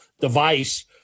device